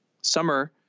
summer